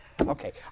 Okay